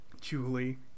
Julie